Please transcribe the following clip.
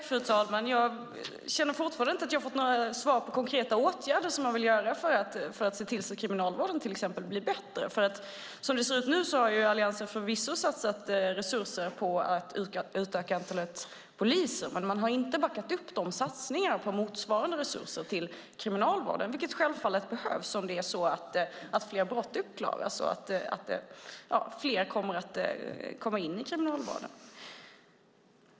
Fru talman! Jag känner fortfarande att jag inte har fått svar på vilka konkreta åtgärder som man vill vidta för att se till att till exempel kriminalvården blir bättre. Som det ser ut nu har Alliansen förvisso satsat resurser på att utöka antalet poliser, men man har inte backat upp satsningarna med motsvarande resurser till kriminalvården, vilket självfallet behövs om fler brott klaras upp och fler kommer in i kriminalvården.